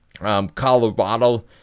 Colorado